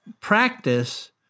practice